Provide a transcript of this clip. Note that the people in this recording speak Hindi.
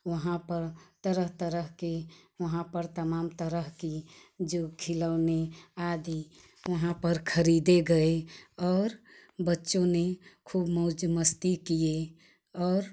वहाँ पर तरह तरह के वहाँ पर तमाम तरह की जो खिलौने आदि वहाँ पर खरीदे गए और बच्चों ने खूब मौज मस्ती किए और